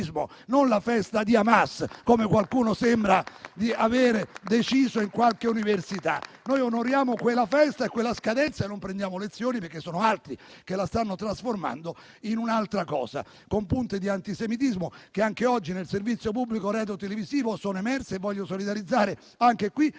non la festa di Hamas, come qualcuno sembra di avere deciso in qualche università. Noi onoriamo quella festa e quella scadenza, e non prendiamo lezioni, perché sono altri che la stanno trasformando in un'altra cosa, con punte di antisemitismo che anche oggi nel servizio pubblico radiotelevisivo sono emerse. Voglio solidarizzare anche qui